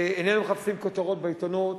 איננו מחפשים כותרות בעיתונות.